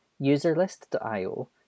UserList.io